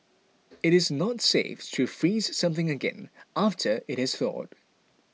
it is not safe to freeze something again after it has thawed